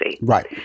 right